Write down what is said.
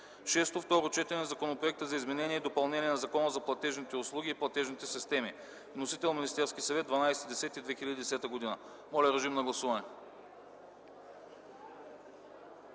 г. 6. Второ четене на Законопроекта за изменение и допълнение на Закона за платежните услуги и платежните системи. Вносител – Министерският съвет, 12 октомври 2010 г. Моля, режим на гласуване.